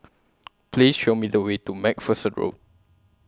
Please Show Me The Way to MacPherson Road